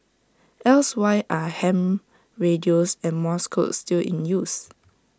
else why are ham radios and morse code still in use